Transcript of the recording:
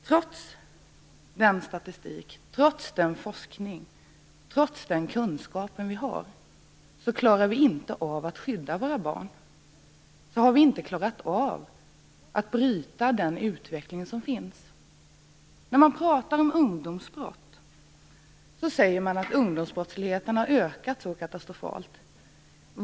Trots den statistik, den forskning och den kunskap vi har, har vi inte klarat av att bryta den utveckling som pågår. När man pratar om ungdomsbrott säger man att ungdomsbrottsligheten har ökat katastrofalt.